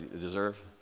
deserve